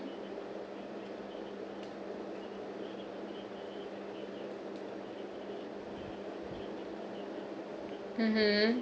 mmhmm